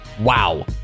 Wow